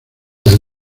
del